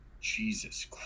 Jesus